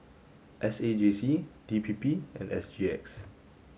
S A J C D P P and S G X